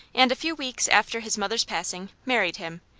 and a few weeks after his mother's passing, married him,